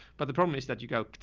but the problem is that you go,